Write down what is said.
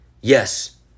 Yes